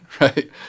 right